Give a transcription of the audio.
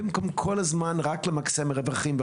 במקום כל הזמן רק למקסם רווחים,